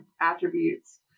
attributes